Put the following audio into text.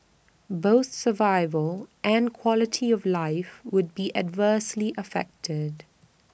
both survival and quality of life would be adversely affected